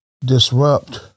disrupt